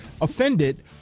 offended